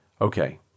Okay